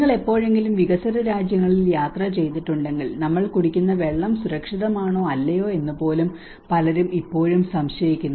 നിങ്ങൾ എപ്പോഴെങ്കിലും വികസ്വര രാജ്യങ്ങളിൽ യാത്ര ചെയ്തിട്ടുണ്ടെങ്കിൽ നമ്മൾ കുടിക്കുന്ന വെള്ളം സുരക്ഷിതമാണോ അല്ലയോ എന്ന് പോലും പലരും ഇപ്പോഴും സംശയിക്കുന്നു